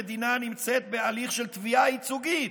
המדינה נמצאת בהליך של תביעה ייצוגית